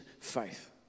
faith